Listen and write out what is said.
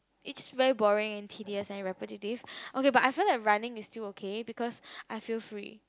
it's very boring and tedious and repetitive okay but I feel like running is still okay because I feel free